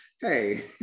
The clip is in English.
Hey